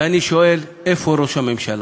ואני שואל: איפה ראש הממשלה?